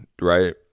Right